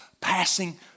passing